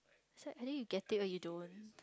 so at least you get it or you don't